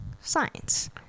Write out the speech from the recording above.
science